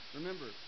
Remember